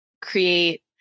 create